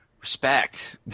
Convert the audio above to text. respect